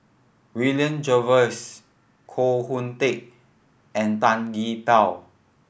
William Jervois Koh Hoon Teck and Tan Gee Paw